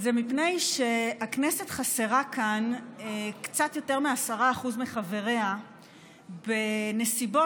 שהכנסת חסרה כאן קצת יותר מ-10% מחבריה בנסיבות